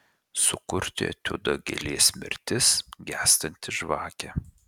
sukurti etiudą gėlės mirtis gęstanti žvakė